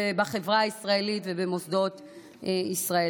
בחברה הישראלית ובמוסדות ישראל.